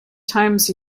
times